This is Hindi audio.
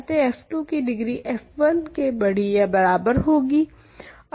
अतः f2 की डिग्री f1 के बड़ी या बराबर होगी